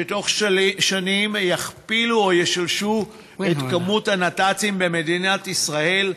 שבתוך שלוש שנים יכפילו או ישלשו את מספר הנת"צים במדינת ישראל,